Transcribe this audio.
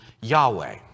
Yahweh